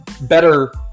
better